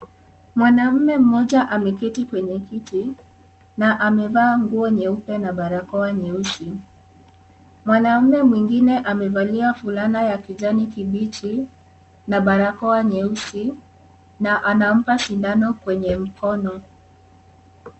Mwanaume mmoja ameketi kwenye kiti na amevaa nguo nyeupe na barakoa nyeusi. Mwanaume mwingine amevalia fulana ya kijani kibichi na barakoa nyeusi na anampa sindano kwenye mkono.